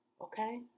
okay